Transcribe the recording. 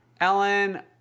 Ellen